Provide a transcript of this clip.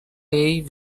jej